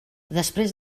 després